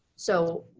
so,